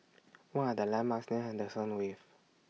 What Are The landmarks near Henderson Wave